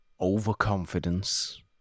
overconfidence